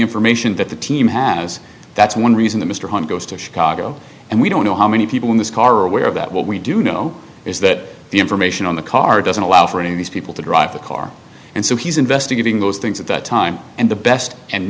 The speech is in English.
information that the team has that's one reason the mr hunt to chicago and we don't know how many people in this car aware of that what we do know is that the information on the car doesn't allow for any of these people to drive the car and so he's investigating those things at that time and the best and